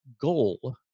goal